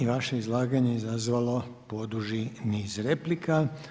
I vaše izlaganje je izazvalo poduži niz replika.